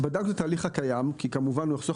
בדקנו את ההליך הקיים כי כמובן שהוא יחסוך